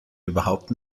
überhaupt